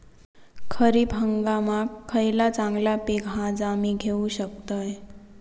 खरीप हंगामाक खयला चांगला पीक हा जा मी घेऊ शकतय?